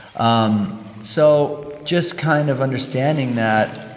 um so just kind of understanding that,